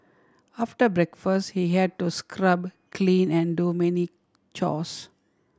after breakfast he had to scrub clean and do many chores